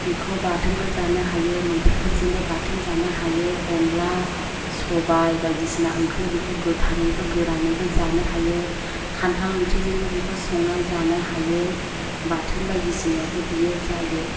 बिखौ बाथोनबो जानो हायो मैथाफोरजोंबो बाथोन जानो हायो अनला सबाइ बायदिसिना ओंख्रियाव बेखौ गोथाङैबो गोरानैबो जानो हायो खान्थाल ओंख्रिजोंबो बिखौ संनानै जानो हायो बाथोन बायदिसिनायावबो बियो जायो